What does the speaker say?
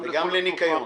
וגם לניקיון.